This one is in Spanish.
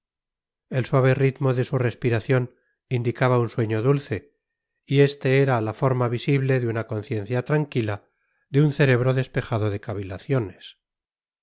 el suave ritmo de su respiración indicaba un sueño dulce y este era la forma visible de una conciencia tranquila de un cerebro despejado de cavilaciones